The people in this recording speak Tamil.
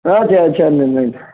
ஆ சரி